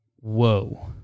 Whoa